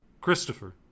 Christopher